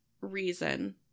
reason